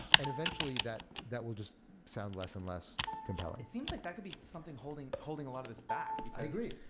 and eventually, that that will just sound less and less compelling. it seems like that could be something holding holding a lot of this back. i agree.